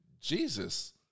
Jesus